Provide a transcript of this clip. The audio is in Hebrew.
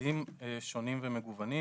חקיקתיים שונים ומגוונים.